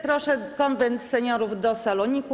Proszę Konwent Seniorów do saloniku.